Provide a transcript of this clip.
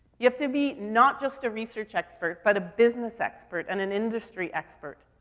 you have to be not just a research expert, but a business expert, and an industry expert,